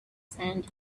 sand